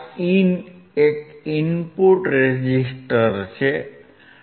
Rin એક input resistor છે